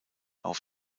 auf